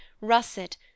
russet